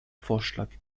vorschlag